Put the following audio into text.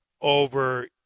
over